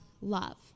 love